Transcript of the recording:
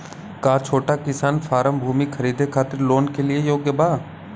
का छोटा किसान फारम भूमि खरीदे खातिर लोन के लिए योग्य बा?